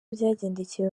byagendekeye